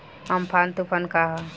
Amphan तुफान का ह?